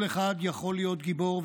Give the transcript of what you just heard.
כל אחד יכול להיות גיבור,